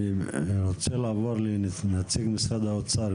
אני רוצה לעבור לנציג משרד האוצר,